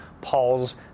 Paul's